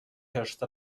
herrscht